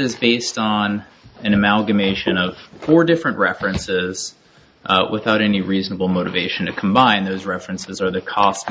is based on an amalgamation of four different references without any reasonable motivation to combine those references or the cost